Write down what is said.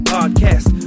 Podcast